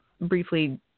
briefly